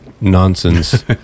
nonsense